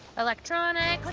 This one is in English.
electronics.